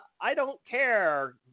I-don't-care